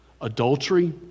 Adultery